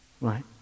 right